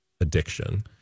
addiction